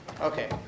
Okay